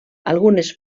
algunes